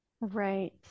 Right